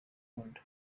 urukundo